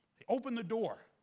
they open the door,